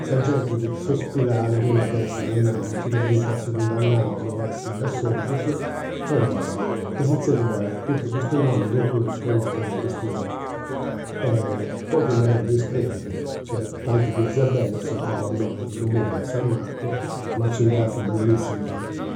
Sa genti sospirada prima ddi essi, po nai, chi nci fadiant a essi cundannaus po essi assolvius e si zerriat, pigat custu nomini propriu po custa chistioni. Poi fia narendi de is cresias, chi nc'est tanti cresias bellas, sa prus in su mundu est san Marco. Ma nci nd'est ateras bellissimas.